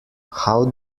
how